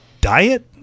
diet